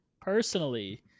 personally